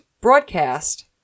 broadcast